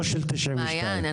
לא של 92%. מעין,